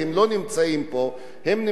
הם נמצאים בחוץ-לארץ,